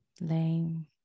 Lame